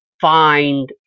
find